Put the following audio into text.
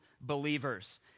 believers